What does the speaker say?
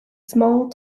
small